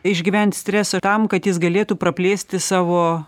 išgyventi stresą tam kad jis galėtų praplėsti savo